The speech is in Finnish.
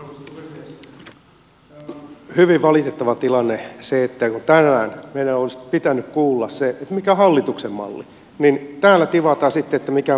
on hyvin valitettava tilanne se että kun tänään meidän olisi pitänyt kuulla se mikä on hallituksen malli niin täällä tivataan sitten mikä on perussuomalaisten malli